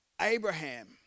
Abraham